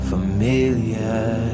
Familiar